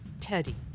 Teddy